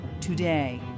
today